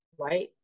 right